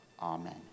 Amen